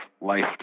life